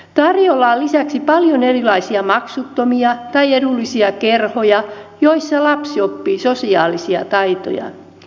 tarjolla on lisäksi paljon erilaisia maksuttomia tai edullisia kerhoja joissa lapsi oppii sosiaalisia taitoja